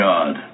God